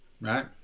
Right